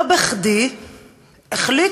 לא בכדי החליטו